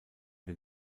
den